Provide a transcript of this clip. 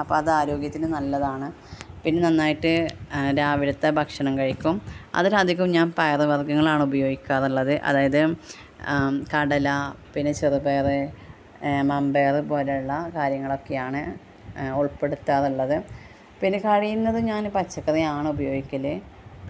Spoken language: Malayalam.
അപ്പോൾ അത് ആരോഗ്യത്തിന് നല്ലതാണ് പിന്നെ നന്നായിട്ട് രാവിലത്തെ ഭക്ഷണം കഴിക്കും അതിൽ അധികം ഞാൻ പയർ വർഗ്ഗങ്ങളാണ് ഉപയോഗിക്കാറുള്ളത് അതായത് കടല പിന്നെ ചെറുപയർ മമ്പയർ പോലുള്ള കാര്യങ്ങളൊക്കെയാണ് ഉൾപ്പെടുത്താറുള്ളത് പിന്നെ കഴിയുന്നതും ഞാൻ പച്ചക്കറിയാണ് ഉപയോഗിക്കൽ